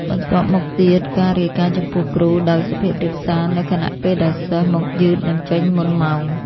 បន្ទាប់មកទៀតការរាយការណ៍ចំពោះគ្រូ ដោយសុភាពរាបសារ នៅខណៈពេលដែលសិស្សមកយឺតនិងចេញមុនម៉ោង។